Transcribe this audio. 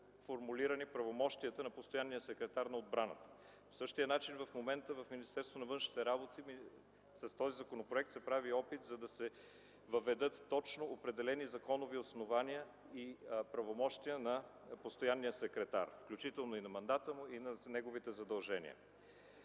формулирани правомощията на постоянния секретар на отбраната. По същия начин в момента в Министерството на външните работи с този законопроект се прави опит да се въведат точно определени законови основания и правомощия на постоянния секретар, включително и на мандата му, и на неговите задължения.